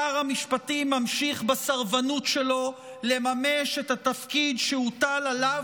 שר המשפטים ממשיך בסרבנות שלו לממש את התפקיד שהוטל עליו